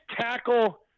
tackle